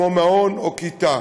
כמו מעון או כיתה.